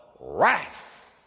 wrath